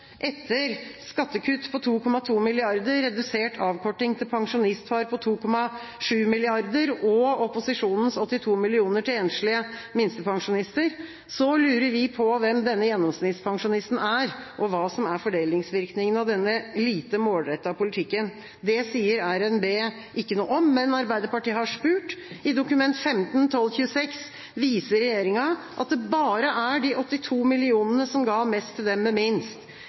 etter skattekutt på 2,2 mrd. kr, redusert avkorting til pensjonistpar på 2,7 mrd. kr og opposisjonens 82 mill. kr til enslige minstepensjonister, lurer vi på hvem denne gjennomsnittspensjonisten er, og hva som er fordelingsvirkningene av denne lite målrettede politikken. Det sier RNB ikke noe om, men Arbeiderpartiet har spurt. I Dok. 15:1226 for 2015–2016 viser regjeringa at det bare er de 82 mill. kr som ga mest til dem med minst.